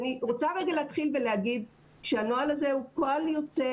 אני רוצה רגע להתחיל ולהגיד שהנוהל הזה הוא פועל יוצא